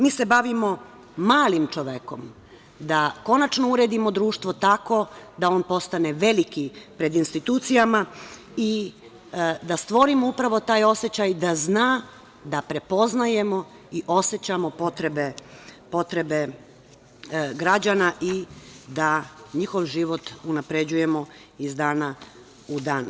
Mi se bavimo malim čovekom, da konačno uredimo društvo tako da on postane veliki pred institucijama i da stvorimo upravo taj osećaj da zna da prepoznajemo i osećamo potrebe građana i da njihov život unapređujemo iz dana u dan.